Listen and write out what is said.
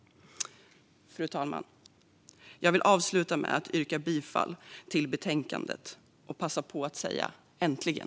Fru talman! Jag vill avsluta med att yrka bifall till förslaget i betänkandet och passa på att säga: Äntligen!